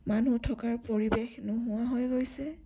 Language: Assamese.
মানুহ থকাৰ পৰিৱেশ নোহোৱা হৈ গৈছে